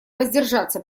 воздержаться